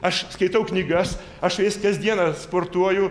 aš skaitau knygas aš su jais kasdieną sportuoju